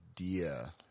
idea